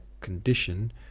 condition